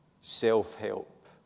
self-help